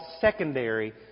secondary